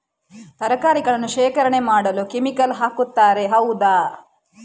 ತರಕಾರಿಗಳನ್ನು ಶೇಖರಣೆ ಮಾಡಲು ಕೆಮಿಕಲ್ ಹಾಕುತಾರೆ ಹೌದ?